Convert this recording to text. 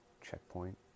checkpoint